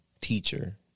teacher